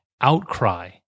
outcry